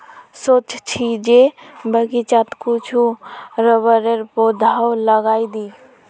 सोच छि जे बगीचात कुछू रबरेर पौधाओ लगइ दी